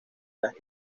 las